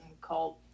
called